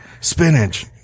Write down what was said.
spinach